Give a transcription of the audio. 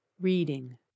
Reading